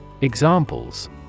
Examples